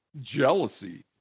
Jealousy